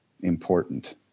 important